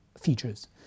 features